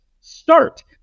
start